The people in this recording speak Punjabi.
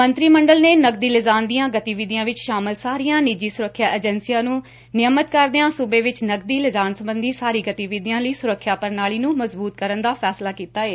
ਮੰਤਰੀ ਮੰਡਲ ਨੇ ਨਗਦੀ ਲਿਜਾਣ ਦੀਆਂ ਗਤੀਵਿਧੀਆਂ ਵਿਚ ਸ਼ਾਮਲ ਸਾਰੀਆਂ ਨਿੱਜੀ ਸੁਰੱਖਿਆ ਏਜੰਸੀਆਂ ਨੂੰ ਨਿਯਮਤ ਕਰਦਿਆਂ ਸੁਬੇ ਵਿਚ ਨਗਦੀ ਲਿਜਾਣ ਸਬੰਧੀ ਸਾਰੀਆਂ ਗਤੀਵਿਧੀਆਂ ਲਈ ਸੁਰੱਖਿਆ ਪ੍ਰਣਾਲੀ ਨੂੰ ਮਜ਼ਬੁਤ ਕਰਨ ਦਾ ਫੈਸਲਾ ਕੀਤਾ ਏ